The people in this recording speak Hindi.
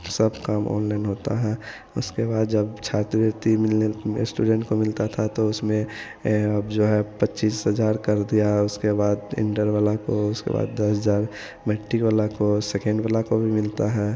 सब काम ऑनलाइन होता है उसके बाद जब छात्रवृत्ति मिलने स्टूडेट को मिलता था तो उसमें अब जो है पच्चीस हज़ार कर दिया उसके बाद टेन्डर वाला कोर्स उसके बाद दस हज़ार मैट्रिक वाला कोर्स सेकेण्ड वाला को भी मिलता है